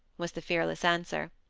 was the fearless answer.